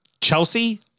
Chelsea